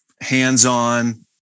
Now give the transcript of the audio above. hands-on